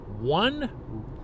One